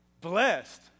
Blessed